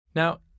Now